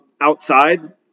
outside